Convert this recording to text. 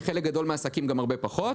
ולחלק גדול מהעסקים גם הרבה פחות.